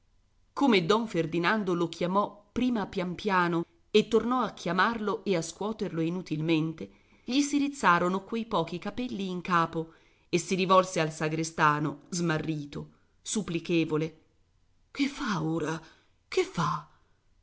come don ferdinando lo chiamò prima pian piano e tornò a chiamarlo e a scuoterlo inutilmente gli si rizzarono quei pochi capelli in capo e si rivolse al sagrestano smarrito supplichevole che fa ora che fa